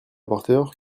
rapporteur